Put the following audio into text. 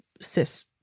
cis